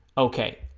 okay